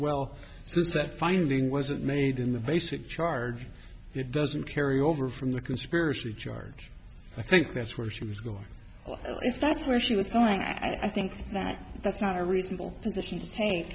that finding wasn't made in the basic charge it doesn't carry over from the conspiracy charge i think that's where she was going if that's where she was going i think that that's not a reasonable p